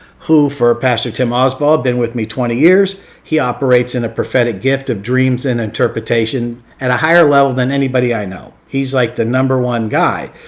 who for pastor tim alsbaugh had been with me twenty years. he operates in a prophetic gift of dreams and interpretation at a higher level than anybody i know. he's like the number one guy.